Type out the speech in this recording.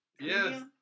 Yes